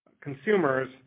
consumers